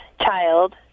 child